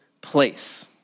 place